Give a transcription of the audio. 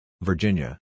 Virginia